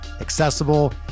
accessible